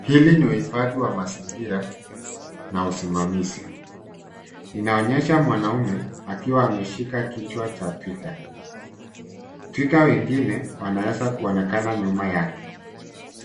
Hili ni uhifadhi wa mazingira na usimamizi, inaonyesha mwanaume akiwa ameshika kichwa cha twiga. Twiga wengine wanaweza kuonekana nyuma yake.